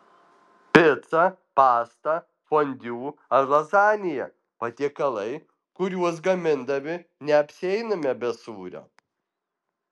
pica pasta fondiu ar lazanija patiekalai kuriuos gamindami neapsieiname be sūrio